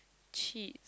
cheat